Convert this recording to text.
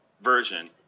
version